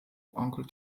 onkel